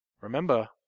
remember